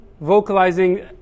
vocalizing